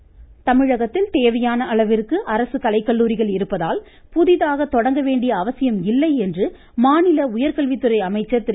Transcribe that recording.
அன்பழகன் தமிழகத்தில் தேவையான அளவிற்கு அரசு கலைக்கல்லுாரிகள் இருப்பதால் புதிதாக தொடங்க வேண்டிய அவசியம் இல்லை என்று மாநில உயர்கல்வி துறை அமைச்சர் திரு